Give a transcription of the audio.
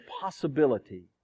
possibility